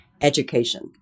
education